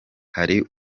hari